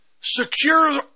secure